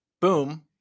boom